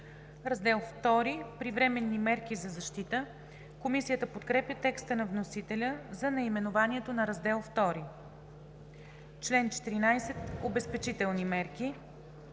„Раздел II – Привременни мерки за защита“. Комисията подкрепя текста на вносителя за наименованието на Раздел IІ. „Член 14 – Обезпечителни мерки“.